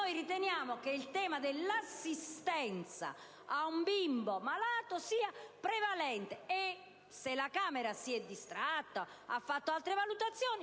Noi riteniamo che il tema dell'assistenza ad un bimbo malato sia prevalente e, se la Camera si è distratta, ha fatto altre valutazioni,